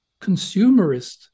consumerist